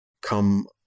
come